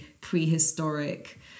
prehistoric